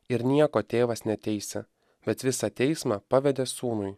ir nieko tėvas neteisia bet visą teismą pavedė sūnui